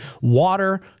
water